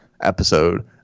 episode